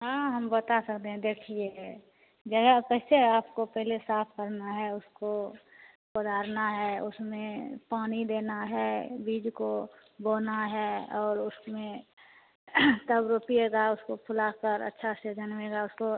हाँ हम बता सकते हैं देखिए जगह कैसे आपको पहले साफ करना है उसको ओदारना है उसमें पानी देना है बीज को बोना है और उसमें तब रोपिएगा उसको फुलाकर अच्छा से जनमेगा उसको